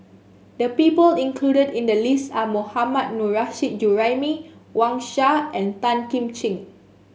the people included in the list are Mohammad Nurrasyid Juraimi Wang Sha and Tan Kim Ching